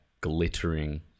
glittering